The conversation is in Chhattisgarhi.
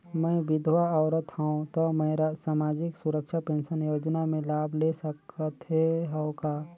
मैं विधवा औरत हवं त मै समाजिक सुरक्षा पेंशन योजना ले लाभ ले सकथे हव का?